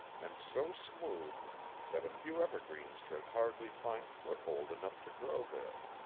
and so smooth that a few evergreens could hardly find foothold enough to grow there.